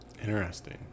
Interesting